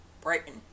brighton